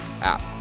app